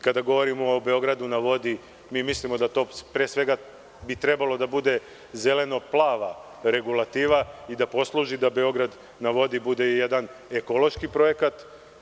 Kada govorimo o „Beogradu na vodi“, mi mislimo da to pre svega bi trebalo da bude zeleno plava regulativa i da posluži da „Beograd na vodi“ bude jedan ekološki projekat.